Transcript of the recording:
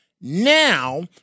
Now